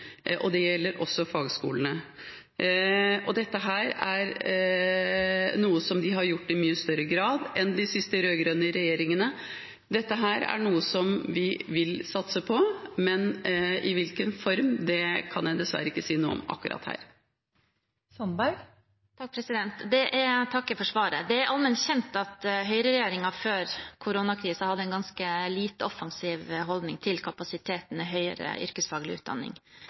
Det gjelder også fagskolene. Dette er noe vi har gjort i mye større grad enn de siste rød-grønne regjeringene. Det er noe vi vil satse på, men i hvilken form kan jeg dessverre ikke si noe om akkurat nå. Jeg takker for svaret. Det er allment kjent at høyreregjeringen før koronakrisen hadde en ganske lite offensiv holdning til kapasiteten i høyere yrkesfaglig utdanning.